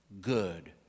good